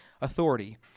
authority